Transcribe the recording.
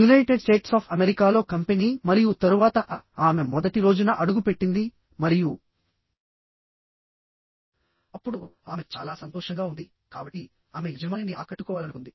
United States of అమెరికాలో company మరియు తరువాత ఆమె మొదటి రోజున అడుగుపెట్టింది మరియు అప్పుడు ఆమె చాలా సంతోషంగా ఉంది కాబట్టి ఆమె యజమానిని ఆకట్టుకోవాలనుకుంది